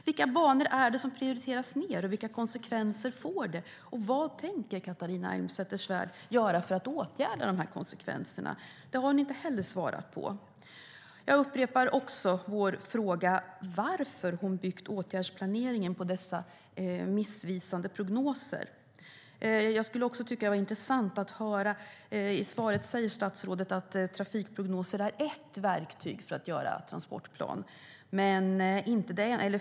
Vilka banor är det som prioriteras ned, och vilka konsekvenser får det? Vad tänker Catharina Elmsäter-Svärd göra för att åtgärda konsekvenserna? Det har hon inte heller svarat på. Jag upprepar också vår fråga om varför statsrådet har byggt åtgärdsplaneringen på dessa missvisande prognoser. Statsrådet sade i sitt svar att trafikprognoser är ett verktyg för att prioritera, men inte det enda.